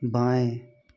बाएँ